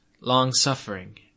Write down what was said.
long-suffering